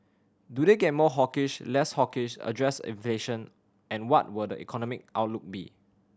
do they get more hawkish less hawkish address inflation and what will the economic outlook be